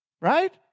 Right